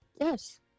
Yes